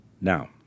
Now